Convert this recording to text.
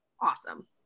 Awesome